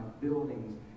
buildings